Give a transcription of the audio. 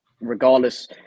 regardless